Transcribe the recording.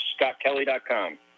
scottkelly.com